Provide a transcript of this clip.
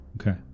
Okay